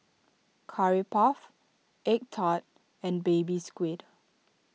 Curry Puff Egg Tart and Baby Squid